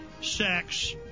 sex